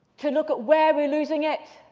to look at where we're losing it,